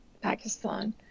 Pakistan